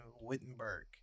Wittenberg